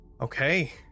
Okay